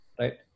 right